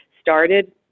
started